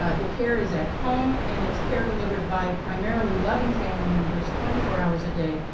ah the care is at home and it's care delivered by primarily loving family members twenty four hours a day,